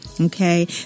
Okay